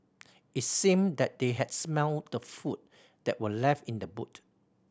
it seemed that they had smelt the food that were left in the boot